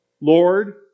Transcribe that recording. Lord